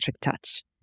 Touch